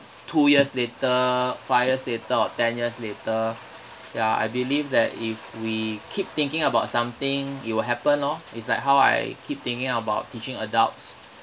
two years later five years later or ten years later ya I believe that if we keep thinking about something it will happen lor it's like how I keep thinking about teaching adults